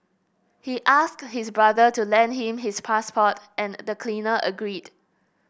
he asked his brother to lend him his passport and the cleaner agreed